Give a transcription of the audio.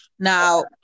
Now